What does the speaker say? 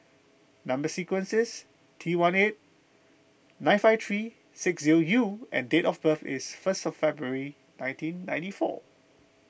Number Sequence is T one eight nine five three six zero U and date of birth is first February nineteen ninety four